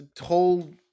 whole